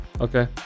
Okay